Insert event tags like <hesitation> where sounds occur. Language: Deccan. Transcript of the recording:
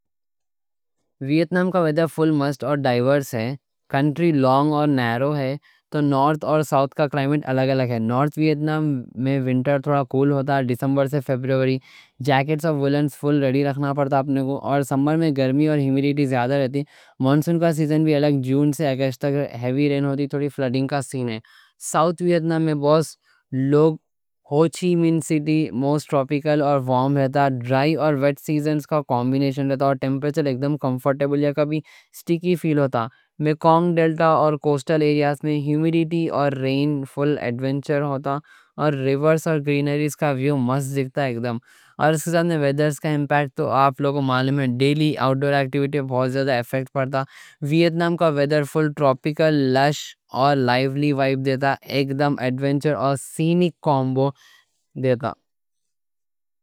ویتنام کا ویدر فل مست اور ڈائیورس ہے۔ کنٹری لانگ اور نیرو ہے، تو نورتھ اور ساؤتھ کا کلائمٹ الگ الگ رہتا۔ نورتھ <hesitation> ویتنام میں ونٹر تھوڑا کول رہتا، دسمبر سے فیبروری۔ جاکٹس اور وولنز فل ریڈی رکھنا پڑتا اپنے کوں۔ اور سمر میں گرمی اور ہمیڈیٹی زیادہ رہتی۔ مانسون کا سیزن بھی الگ، جون سے اگست تک ہیوی رین ہوتی۔ تھوڑی فلڈنگ کا سین رہتا۔ ساؤتھ ویتنام میں ہو چی من سٹی موسٹ ٹروپیکل اور وارم رہتا۔ ڈرائی اور ویٹ سیزن کا کمبینیشن رہتا۔ ٹیمپریچر اکدم کمفورٹیبل یا کبھی سٹیکی فیل ہوتا۔ میکونگ ڈیلٹا اور کوسٹل ایریاز میں ہمیڈیٹی اور رین فال ایڈونچر رہتا۔ اور ریورز اور گرینریز کا ویو مست دیکھتا، اکدم۔ اور اس کے ساتھ میں ویدر کا امپیکٹ تو آپ لوگوں کو معلوم ہے۔ اکدم ایڈونچر اور سینک کومبو دیتا۔ ویتنام کا ویدر فل ٹروپیکل، لش اور لائیولی وائب دیتا۔ اکدم ایڈونچر اور سینک کومبو دیتا۔